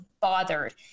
bothered